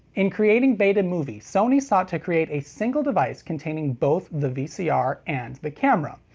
in creating betamovie, sony sought to create a single device containing both the vcr and the camera.